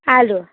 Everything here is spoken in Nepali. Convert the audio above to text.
आलु